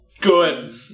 Good